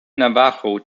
navajo